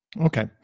Okay